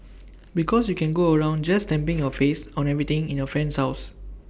because you can go around just stamping your face on everything in your friend's house